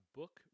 book